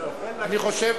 ------ אני חושב